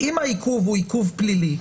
אם העיכוב הוא עיכוב פלילי,